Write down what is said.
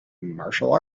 martial